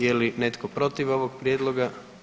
Je li netko protiv ovog prijedloga?